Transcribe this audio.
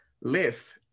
live